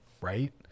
right